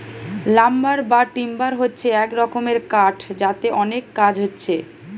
lumber বা timber হচ্ছে এক রকমের কাঠ যাতে অনেক কাজ হচ্ছে